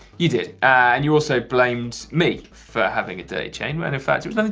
you did and you also blamed me for having a dirty chain when in fact,